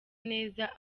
neza